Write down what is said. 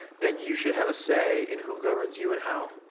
then you should have a say in who governs you and how.